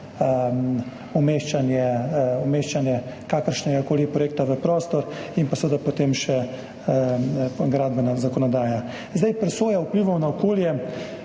umeščanje kakršnegakoli projekta v prostor, in pa seveda potem še gradbena zakonodaja. Presoja vplivov na okolje.